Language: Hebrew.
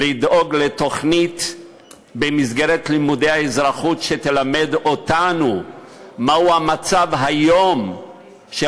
לדאוג לתוכנית במסגרת לימודי האזרחות שתלמד אותנו מהו המצב היום של